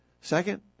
Second